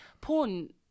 porn